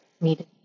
needed